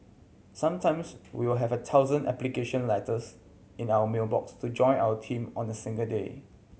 sometimes we will have a thousand application letters in our mail box to join our team on a single day